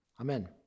Amen